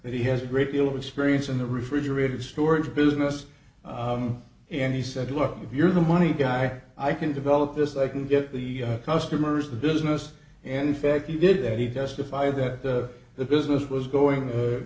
that he has a great deal of experience in the refrigerated storage business and he said look if you're the money guy i can develop this i can get the customers the business and fact you did that he justified that the business was going